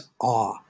awe